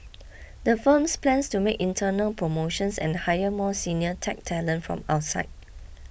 the firms plans to make internal promotions and hire more senior tech talent from outside